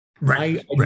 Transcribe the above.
right